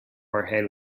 jorge